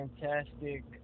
fantastic